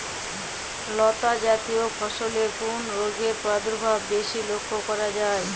লতাজাতীয় ফসলে কোন রোগের প্রাদুর্ভাব বেশি লক্ষ্য করা যায়?